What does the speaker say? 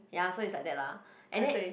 ya is like that lah and then